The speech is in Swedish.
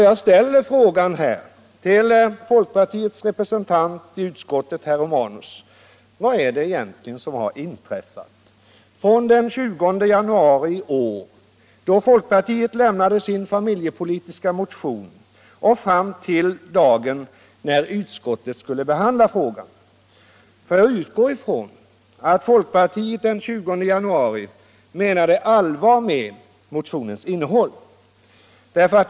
Jag ställer därför frågan till folkpartiets representant i utskottet, herr Romanus. Vad har egentligen inträffat från den 20 januari i år, då folkpartiet lämnade sin familjepolitiska motion, och fram till den dag när utskottet skulle behandla frågan? Jag utgår ifrån att folkpartiet den 20 januari menade allvar med motionens innehåll.